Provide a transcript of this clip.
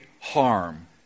harm